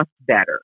better